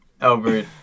Albert